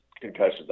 concussions